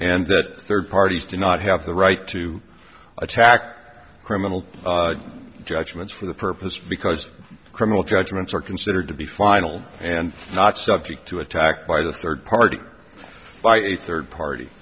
and that third parties do not have the right to attack criminal judgments for the purpose because criminal judgments are considered to be final and not subject to attack by the third party by a third party